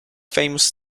famous